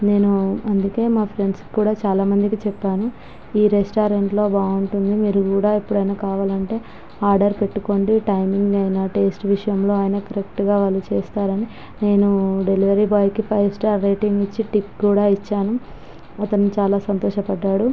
నేను అందుకే మా ఫ్రెండ్స్కి కూడా చాలా మందికి చెప్పాను ఈ రెస్టారెంట్లో బాగుంటుంది మీరు కూడా ఎప్పుడైనా కావాలి అంటే ఆర్డర్ పెట్టుకోండి టైమింగ్ అయినా టేస్ట్ విషయములో అయినా కరెక్టుగా వాళ్ళు చేస్తారు అని నేను delivery boy five star rating ఇచ్చి టిప్ కూడా ఇచ్చాను అతను చాలా సంతోషపడ్డాడు